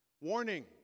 Warning